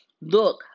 Look